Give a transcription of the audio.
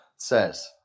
Says